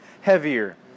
heavier